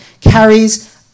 carries